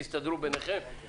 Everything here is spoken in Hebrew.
למה זה לא נעשה עד עכשיו?